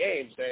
games